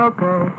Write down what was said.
Okay